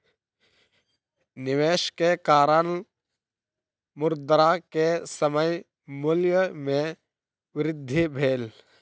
निवेश के कारण, मुद्रा के समय मूल्य में वृद्धि भेल